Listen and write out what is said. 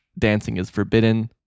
dancingisforbidden